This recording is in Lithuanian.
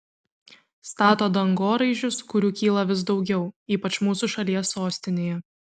stato dangoraižius kurių kyla vis daugiau ypač mūsų šalies sostinėje